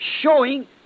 Showing